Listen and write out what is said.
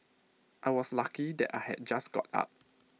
I was lucky that I had just got up